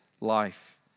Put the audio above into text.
life